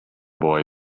boy